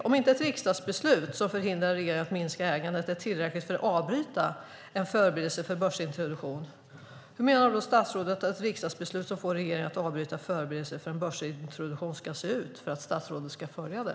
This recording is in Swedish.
Om ett riksdagsbeslut som förhindrar regeringen att minska ägandet inte är tillräckligt för att avbryta en förberedelse för börsintroduktion, hur menar då statsrådet att ett riksdagsbeslut som får regeringen att avbryta förberedelse för en börsintroduktion ska se ut för att statsrådet ska följa det?